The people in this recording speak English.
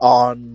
on